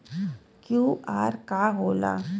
QR का होला?